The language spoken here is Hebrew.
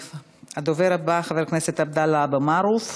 הדובר הבא, חבר הכנסת עבדאללה אבו מערוף,